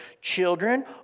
children